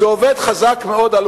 זה עובד חזק מאוד על,